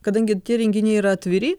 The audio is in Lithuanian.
kadangi tie renginiai yra atviri